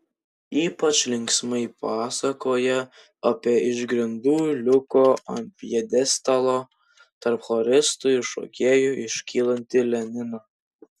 ypač linksmai pasakoja apie iš grindų liuko ant pjedestalo tarp choristų ir šokėjų iškylantį leniną